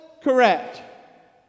correct